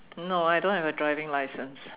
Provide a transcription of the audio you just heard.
no I don't have a driving license